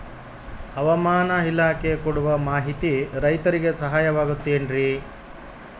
ಹವಮಾನ ಇಲಾಖೆ ಕೊಡುವ ಮಾಹಿತಿ ರೈತರಿಗೆ ಸಹಾಯವಾಗುತ್ತದೆ ಏನ್ರಿ?